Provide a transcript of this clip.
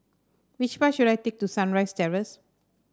which bus should I take to Sunrise Terrace